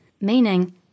Meaning